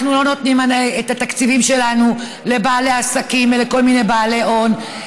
אנחנו לא נותנים את התקציבים שלנו לבעלי עסקים ולכל מיני בעלי הון,